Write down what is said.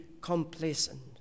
complacent